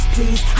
Please